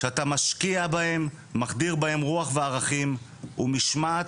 שאתה משקיע בהם, מחדיר בהם רוח וערכים, ומשמעת.